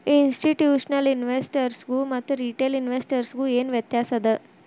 ಇನ್ಸ್ಟಿಟ್ಯೂಷ್ನಲಿನ್ವೆಸ್ಟರ್ಸ್ಗು ಮತ್ತ ರಿಟೇಲ್ ಇನ್ವೆಸ್ಟರ್ಸ್ಗು ಏನ್ ವ್ಯತ್ಯಾಸದ?